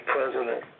President